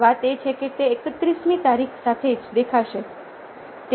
વાત એ છે કે તે 31મી તારીખ સાથે જ દેખાશે